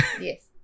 Yes